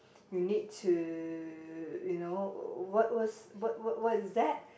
you need to you know what was what what what is that